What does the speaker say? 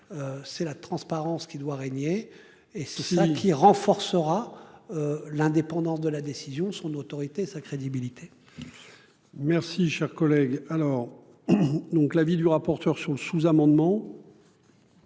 C'est la transparence qui doit régner. Et c'est cela qui renforcera. L'indépendance de la décision, son autorité, sa crédibilité. Merci cher collègue alors. Donc l'avis du rapporteur sur le sous-amendement.